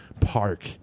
park